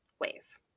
ways